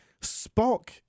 spock